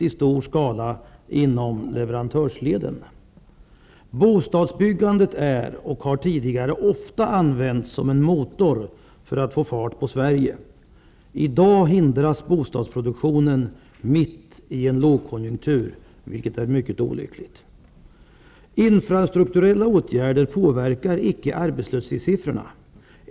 Konkur ser inom leverantörsleden har skett i stor skala. Bostadsbyggandet är en morot för att få fart på Sverige och har tidigare ofta använts som en sådan. Mitt i en lågkonjunktur hindras i dag bostadsproduk tionen, vilket är mycket olyckligt. Infrastrukturella åtgärder påverkar icke arbetslöshetssiffrorna.